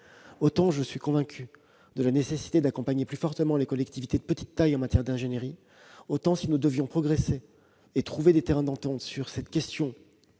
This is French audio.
Autant je suis convaincu de la nécessité d'accompagner plus fortement les collectivités de petite taille en matière d'ingénierie, autant, si nous devions trouver un terrain d'entente sur cette question